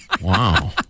wow